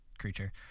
creature